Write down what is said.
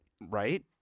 right